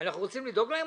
אנחנו רוצים לדאוג להם,